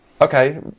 Okay